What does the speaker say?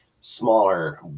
smaller